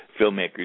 filmmakers